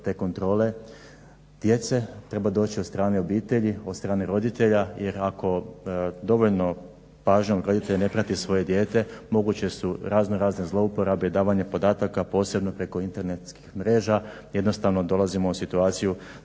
te kontrole djece treba doći od strane obitelji, od strane roditelja. Jer ako dovoljnom pažnjom roditelj ne prati svoje dijete moguće su razno razne zlouporabe, davanje podataka posebno preko internetskih mreža. Jednostavno dolazimo u situaciju